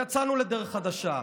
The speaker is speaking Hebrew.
יצאנו לדרך חדשה.